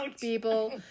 people